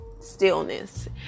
stillness